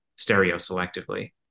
stereoselectively